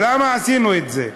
למה עשינו את זה?